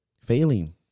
Failing